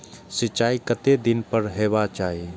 सिंचाई कतेक दिन पर हेबाक चाही?